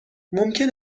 ممکن